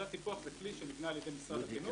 מדד טיפוח זה כלי שנבנה על ידי משרד החינוך